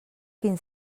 quin